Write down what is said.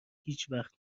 هیچوقت